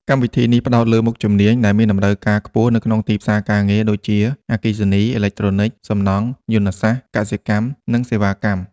កម្មវិធីនេះផ្តោតលើមុខជំនាញដែលមានតម្រូវការខ្ពស់នៅក្នុងទីផ្សារការងារដូចជា អគ្គិសនី អេឡិចត្រូនិច សំណង់ យន្តសាស្ត្រ កសិកម្ម និងសេវាកម្ម។